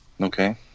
Okay